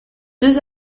deux